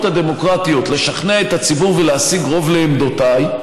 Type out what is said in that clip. הדמוקרטיות לשכנע את הציבור ולהשיג רוב לעמדותיי,